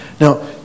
Now